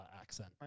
accent